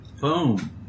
Boom